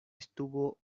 estuvo